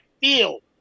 field